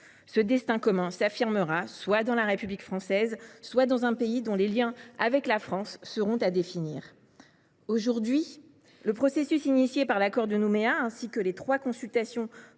Ce destin commun s’affirmera, soit dans la République française, soit dans un pays dont les liens avec la France seront à définir. » Le processus engagé par l’accord de Nouméa et les trois consultations